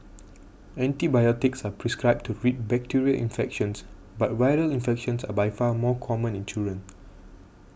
antibiotics are prescribed to treat bacterial infections but viral infections are by far more common in children